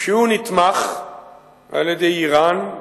כשהוא נתמך על-ידי אירן,